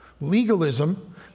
Legalism